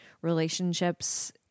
relationships